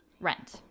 rent